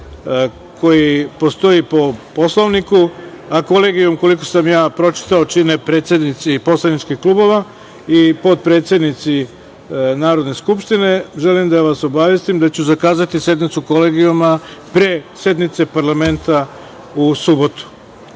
koji postoji po Poslovniku, a Kolegijum koliko sam ja pročitao čine predsednici poslaničkih klubova i potpredsednici Narodne skupštine, želim da vas obavestim da ću zakazati sednicu Kolegijuma pre sednice parlamenta u subotu. Još